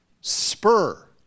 spur